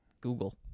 Google